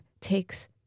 takes